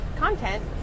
content